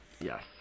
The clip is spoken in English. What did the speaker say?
Yes